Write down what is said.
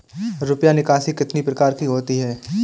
रुपया निकासी कितनी प्रकार की होती है?